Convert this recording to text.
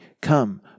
come